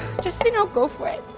just, you know, go for it.